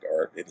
art